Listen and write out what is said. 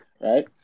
right